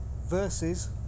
versus